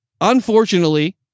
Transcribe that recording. unfortunately